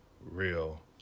real